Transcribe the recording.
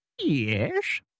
Yes